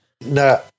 No